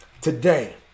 today